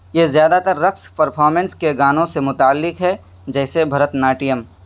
یہ زیادہ تر رقص فرفامنس کے گانوں سے متعلق ہے جیسے بھرتناٹیم